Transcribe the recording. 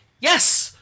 Yes